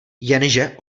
jenže